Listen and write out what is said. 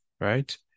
right